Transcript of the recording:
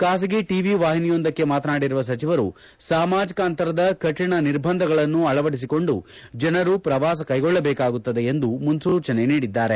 ಖಾಸಗಿ ಟಿವಿ ವಾಹಿನಿಯೊಂದಕ್ಕೆ ಮಾತನಾಡಿರುವ ಸಚಿವರು ಸಾಮಾಜಿಕ ಅಂತರದ ಕಠಿಣ ನಿರ್ಬಂಧಗಳನ್ನು ಅಳವದಿಸಿಕೊಂದು ಜನರು ಪ್ರವಾಸ ಕೈಗೊಳ್ಳಬೇಕಾಗುತ್ತದೆ ಎಂದು ಮುನ್ಸೂಚನೆ ನೀಡಿದ್ದಾರೆ